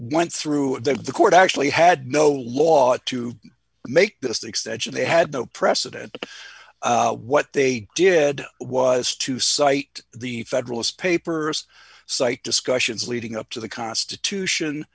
went through that the court actually had no law to make this an exception they had no precedent what they did was to cite the federalist papers cite discussions leading up to the constitution